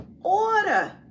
order